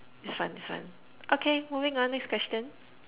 is fun is fun okay moving on next question